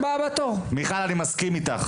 מיכל אני מסכים אתך,